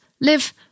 live